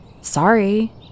Sorry